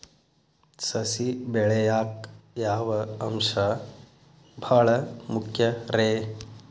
ಸಸಿ ಬೆಳೆಯಾಕ್ ಯಾವ ಅಂಶ ಭಾಳ ಮುಖ್ಯ ರೇ?